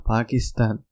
Pakistan